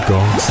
God